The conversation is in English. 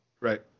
Right